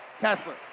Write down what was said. Kessler